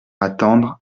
attendre